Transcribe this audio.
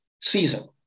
season